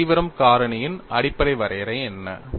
அழுத்த தீவிரம் காரணியின் அடிப்படை வரையறை என்ன